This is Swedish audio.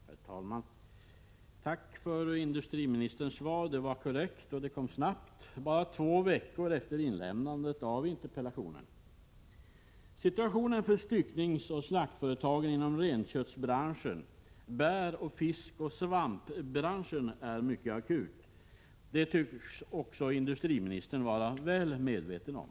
Prot. 1986/87:33 Herr talman! Tack för industriministerns svar! Det var korrekt och det 21 november 1986 kom snabbt — bara två veckor efter inlämnandet av interpellationen. S slakteriers och styckoch bär-, fiskoch svampbranschen är mycket akut. Detta tycks även S = KA & 5 BA 5 ningsföretags situation industriministern vara väl medveten om.